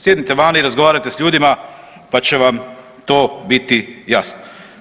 Sjednite vani, razgovarajte s ljudima pa će vam to biti jasno.